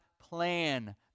plan